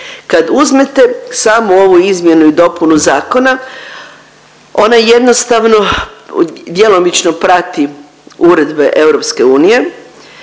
Kad uzmete samu ovu izmjenu i dopunu zakona, ona jednostavno djelomično prati uredbe EU,